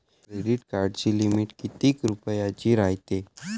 Credit कार्डाची limit कितीक रुपयाची रायते?